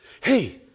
Hey